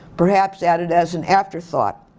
perhaps added as an afterthought.